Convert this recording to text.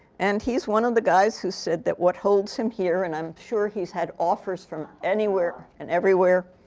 and he's one of the guys who said that what holds him here and i'm sure he's had offers from anywhere and everywhere.